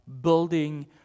building